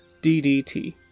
DDT